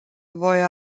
voi